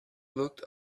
looked